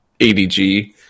ADG